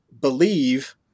believe